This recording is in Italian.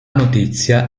notizia